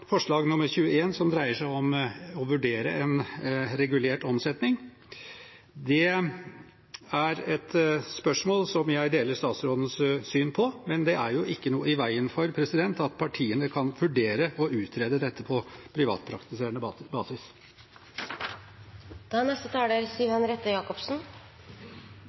forslag nr. 21, som dreier seg om å vurdere en regulert omsetning. Det er et spørsmål som jeg deler statsrådens syn på, men det er jo ikke noe i veien for at partiene kan vurdere å utrede dette på privatpraktiserende basis. Det er